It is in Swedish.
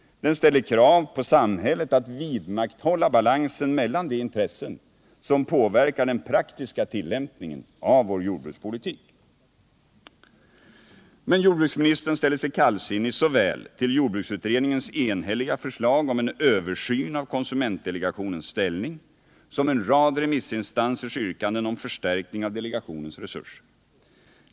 Den ställer krav på samhället att vidmakthålla balansen mellan de intressen som påverkar den praktiska tillämpningen av vår jordbrukspolitik. Men jordbruksministern ställer sig kallsinnig såväl till jordbruksutredningens enhälliga förslag om en översyn av konsumentdelegationens ställning som en rad remissinstansers yrkande om förstärkning av delegationens resurser.